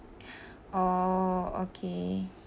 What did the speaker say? oh okay